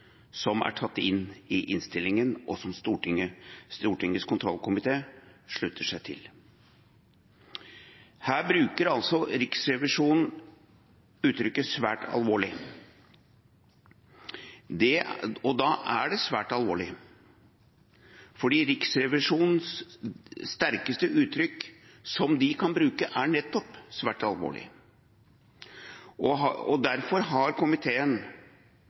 som er tatt inn i innstillingen, og som Stortingets kontrollkomité slutter seg til. Her bruker altså Riksrevisjonen uttrykket «svært alvorlig», og da er det svært alvorlig, for det sterkeste uttrykk Riksrevisjonen kan bruke, er nettopp «svært alvorlig». Derfor har komiteen